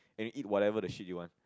and then eat whatever the shit you want